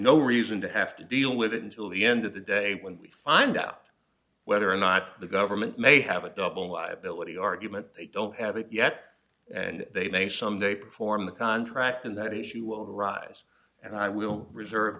no reason to have to deal with it until the end of the day when we find out whether or not the government may have a double liability argument they don't have it yet and they may someday perform the contract and that issue will rise and i will reserve